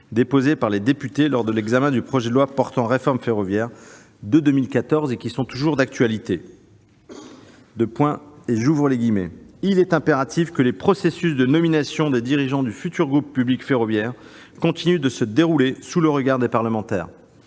déposé par les députés dans le cadre de l'examen du projet de loi portant réforme ferroviaire de 2014. En effet, ils sont toujours d'actualité :« Il est impératif que les processus de nomination des dirigeants du futur groupe public ferroviaire continuent de se dérouler sous le regard des parlementaires.